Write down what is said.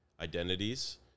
identities